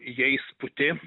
jais puti